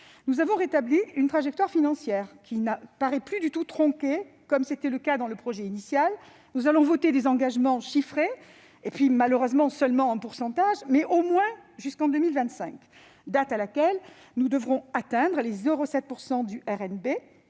Nous avons rétabli une trajectoire financière qui n'apparaît plus du tout tronquée, comme c'était le cas dans le projet de loi initial. Nous allons voter des engagements chiffrés, malheureusement en pourcentage seulement, mais jusqu'en 2025, date à laquelle nous devrons atteindre les 0,7 % du RNB-